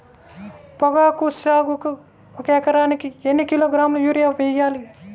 పొగాకు సాగుకు ఒక ఎకరానికి ఎన్ని కిలోగ్రాముల యూరియా వేయాలి?